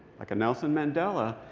like a nelson mandela,